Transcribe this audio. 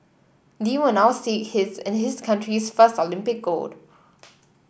Lee will now seek his and his country's first Olympic gold